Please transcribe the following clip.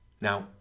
Now